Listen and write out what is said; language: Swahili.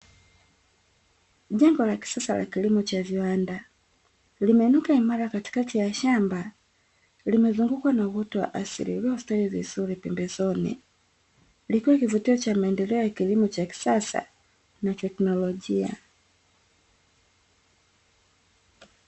Jengo la kisasa la kilimo cha viwanda, limeinuka imara katikati ya shamba, limezungukwa na uoto wa asili uliyostawi vizuri pembezoni. Likiwa kivutio cha maendeleo ya kilimo cha kisasa na teknolojia.